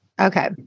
Okay